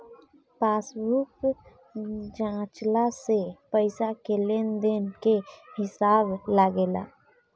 passbook जाँचला से पईसा के लेन देन के हिसाब लागेला